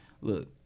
look